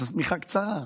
השמיכה קצרה.